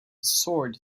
sword